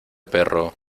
perro